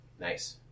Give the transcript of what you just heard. Nice